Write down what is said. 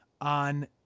on